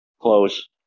Close